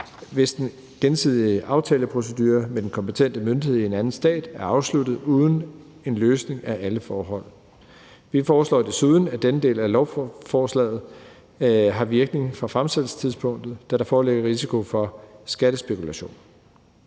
hvis den gensidige aftaleprocedure med den kompetente myndighed i en anden stat er afsluttet uden en løsning af alle forhold. Vi foreslår desuden, at denne del af lovforslaget har virkning fra fremsættelsestidspunktet, da der foreligger risiko for skattespekulation.